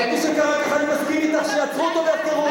אני מסכים אתך שיעצרו אותו ויחקרו אותו.